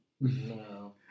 No